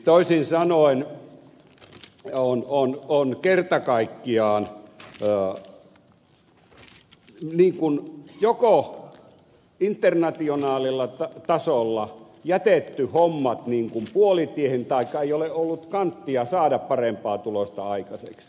toisin sanoen on kerta kaikkiaan joko internationaalilla tasolla jätetty hommat puolitiehen taikka ei ole ollut kanttia saada parempaa tulosta aikaiseksi